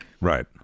Right